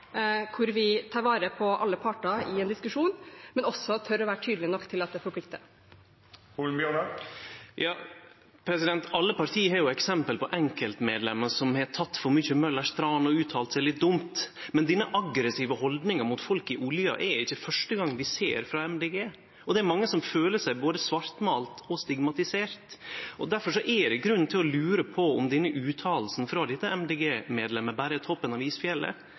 hvor vi har en ærlig debatt og tar vare på alle parter i en diskusjon, men også tør å være tydelige nok til at det forplikter. Alle parti har eksempel på enkeltmedlemer som har teke for mykje Møllers tran og uttalt seg litt dumt. Men denne aggressive haldninga mot folk i olja er det ikkje første gong vi ser frå Miljøpartiet Dei Grøne, og det er mange som føler seg både svartmåla og stigmatisert. Difor er det grunn til å lure på om denne utsegna frå denne MDG-medlemen berre er